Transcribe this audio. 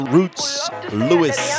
Roots-Lewis